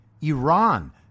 Iran